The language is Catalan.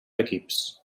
equips